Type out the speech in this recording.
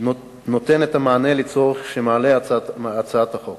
נותן את המענה לצורך שמעלה הצעת החוק.